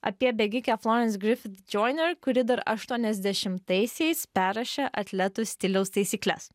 apie bėgikę florence griffith joyner kuri dar aštuoniasdešimtaisiais perrašė atletų stiliaus taisykles